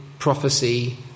Prophecy